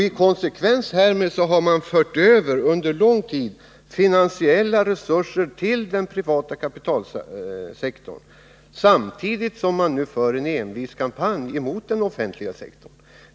I konsekvens härmed har man under lång tid fört över finansiella resurser till den privata kapitalsektorn, samtidigt som man nu för en envis kampanj mot den offentliga sektorn.